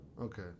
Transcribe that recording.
Okay